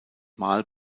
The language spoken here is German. mahl